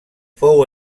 fou